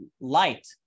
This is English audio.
light